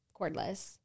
cordless